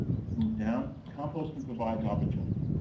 let's move down. composting provides opportunity.